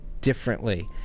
differently